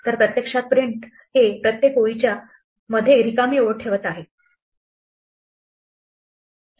तर प्रत्यक्षात प्रिंट हे प्रत्येक ओळींच्या मध्ये रिकामी ओळ ठेवत आहे